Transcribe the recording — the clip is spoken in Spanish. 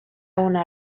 una